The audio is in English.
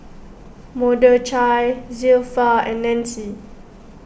Mordechai Zilpha and Nancie